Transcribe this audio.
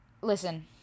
listen